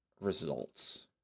Results